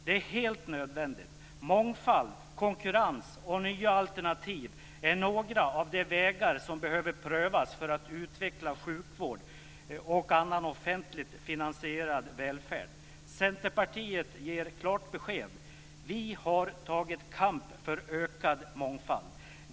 Det är helt nödvändigt. Mångfald, konkurrens och nya alternativ är några av de vägar som behöver prövas för att utveckla sjukvård och annan offentligt finansierad välfärd. Centerpartiet ger klart besked: Vi har tagit kamp för ökad mångfald.